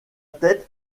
tête